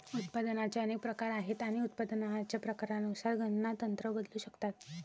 उत्पादनाचे अनेक प्रकार आहेत आणि उत्पादनाच्या प्रकारानुसार गणना तंत्र बदलू शकतात